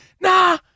nah